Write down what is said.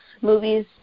movies